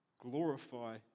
glorify